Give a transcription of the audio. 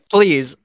Please